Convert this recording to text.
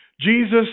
Jesus